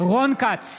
נעמה לזימי,